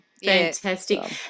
fantastic